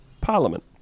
Parliament